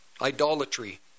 idolatry